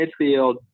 midfield